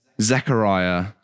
Zechariah